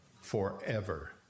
forever